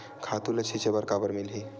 खातु ल छिंचे बर काबर मिलही?